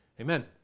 amen